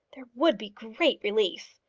there would be great relief!